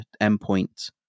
endpoint